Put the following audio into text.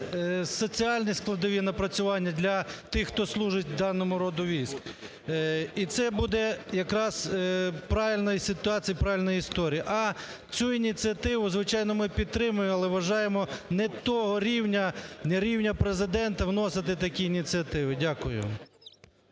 соціальні складові напрацювання для тих, хто служать у даному роду військ, і це буде якраз правильна і ситуація і правильна історія. А цю ініціативу, звичайно, ми підтримуємо, але вважаємо не того рівня, не рівня Президента вносити такі ініціативи. Дякую.